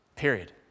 Period